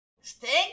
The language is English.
Stink